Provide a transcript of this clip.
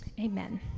Amen